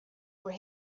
were